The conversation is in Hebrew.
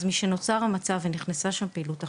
אז, משנוצר המצב ונכנסה שם פעילות אחרת,